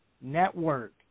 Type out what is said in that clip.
network